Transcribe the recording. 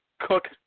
Cook